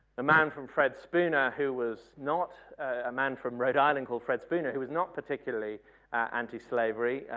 the man from fred spinner, who was not a man from rhode island called fred spinner who was not particularly anti-slavery,